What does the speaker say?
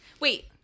Wait